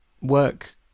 work